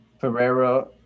Ferreira